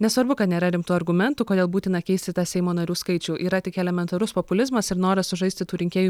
nesvarbu kad nėra rimtų argumentų kodėl būtina keisti tą seimo narių skaičių yra tik elementarus populizmas ir noras sužaisti tų rinkėjų